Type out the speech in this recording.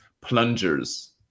plungers